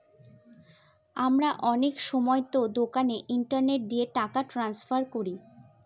আমরা অনেক সময়তো দোকানে ইন্টারনেট দিয়ে টাকা ট্রান্সফার করি